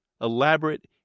elaborate